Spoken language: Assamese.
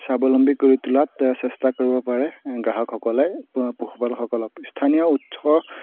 স্বাৱলম্বী কৰি তুলাত চেষ্টা কৰিব পাৰে গ্ৰাহকসকলে পশুপালকসকলক স্থানীয় উৎস